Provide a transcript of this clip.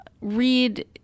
read